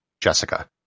Jessica